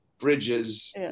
Bridges